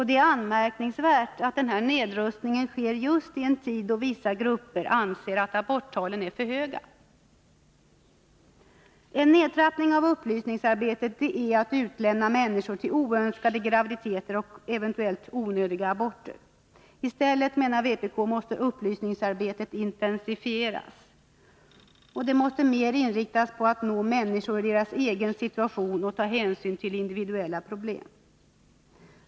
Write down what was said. Det är anmärkningsvärt att denna nedrustning sker just i en tid då vissa grupper anser att aborttalen är för höga. En nedtrappning av upplysningsarbetet innebär att människor utlämnas till oönskade graviditeter och eventuellt onödiga aborter. Vpk menar att upplysningsarbetet i stället måste intensifieras. Det måste mer inriktas på att nå människor i deras egen situation och att ta hänsyn till individuella problem.